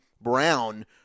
Brown